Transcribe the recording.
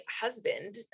husband